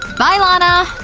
bye, lana!